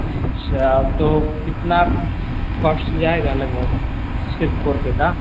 अच्छा तो कितना कॉश्ट जाएगा लगभग सिर्फ फोर के का